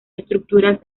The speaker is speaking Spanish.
estructuras